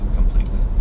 completely